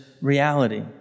reality